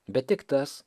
bet tik tas